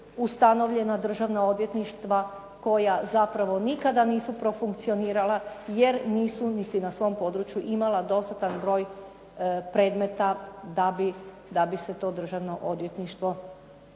ustanovljena državna odvjetništva koja zapravo nikada nisu profunkcionirala, jer nisu niti na svom području imala dostatan broj predmeta da bi se to državno odvjetništvo uopće